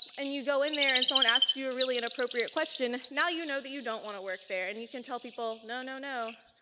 and you go in there and someone asks you a really inappropriate question, now you know that you don't want to work there and you can tell people, no, no, no.